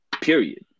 period